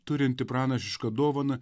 turinti pranašišką dovaną